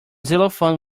xylophone